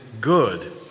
good